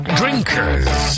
drinkers